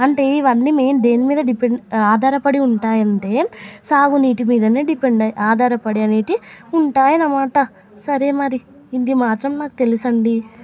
అంటే ఇవన్నీ మెయిన్ దేని మీద డిపెండ్ ఆధారపడి ఉంటాయి అంటే సాగు నీటి మీద డిపెండ్ ఆధారపది అనేది ఉంటాయి అన్నమాట సరే మరి ఇది మాత్రం నాకు తెలుసు అండి